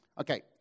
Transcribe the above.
Okay